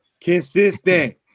Consistent